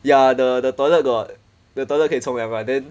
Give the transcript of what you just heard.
ya the the toilet got the toilet 可以冲凉 but then